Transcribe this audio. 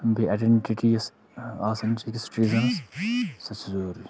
بیٚیہِ اٮ۪ڈَنٹِٹیٖز آسان چھِ أکِس سۄ تہِ چھُ ضٔروٗری